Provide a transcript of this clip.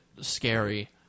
scary